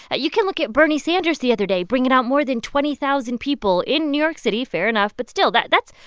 ah you can look at bernie sanders the other day bringing out more than twenty thousand people in new york city fair enough. but still that's,